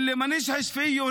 (אומר דברים בערבית